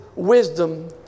wisdom